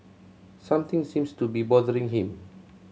something seems to be bothering him